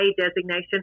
designation